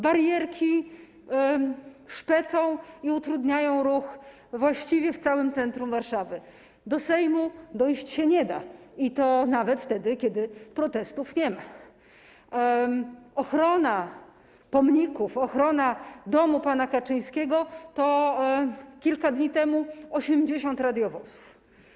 Barierki szpecą i utrudniają ruch właściwie w całym centrum Warszawy, do Sejmu dojść się nie da, i to nawet wtedy, kiedy protestów nie ma, do ochrony pomników, ochrony domu pana Kaczyńskiego wykorzystano kilka dni temu 80 radiowozów.